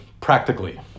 practically